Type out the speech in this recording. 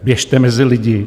Běžte mezi lidi.